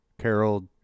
Carol